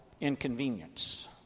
inconvenience